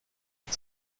mit